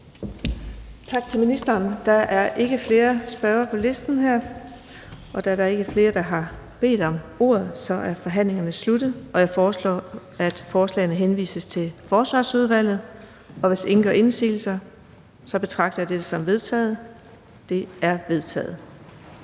Tak til ministeren. Der er ikke flere spørgere på listen her. Da der ikke er flere, der har bedt om ordet, er forhandlingen sluttet. Jeg foreslår, at forslagene til folketingsbeslutning henvises til Forsvarsudvalget. Hvis ingen gør indsigelse, betragter jeg dette som vedtaget. Det er vedtaget.